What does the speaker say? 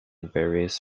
various